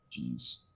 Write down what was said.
Jeez